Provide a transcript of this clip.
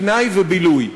פנאי ובילוי.